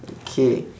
okay